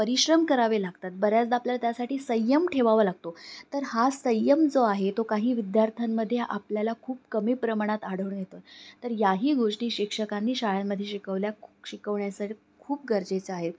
परिश्रम करावे लागतात बऱ्याचदा आपल्याला त्यासाठी संयम ठेवावा लागतो तर हा संयम जो आहे तो काही विद्यार्थ्यांमध्ये आपल्याला खूप कमी प्रमाणात आढळून येतो तर याही गोष्टी शिक्षकांनी शाळांमध्ये शिकवल्या खूप शिकवण्यासाठी खूप गरजेचं आहे